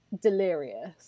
delirious